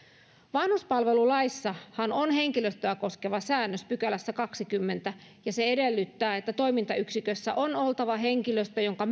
vanhuspalvelulaissahan on henkilöstöä koskeva säännös kahdennessakymmenennessä pykälässä ja se edellyttää että toimintayksikössä on oltava henkilöstö jonka